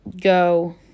go